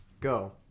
Go